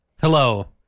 hello